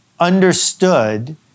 understood